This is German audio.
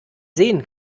sehen